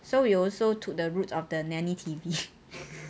so you also took the route of the nanny T_V